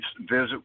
visit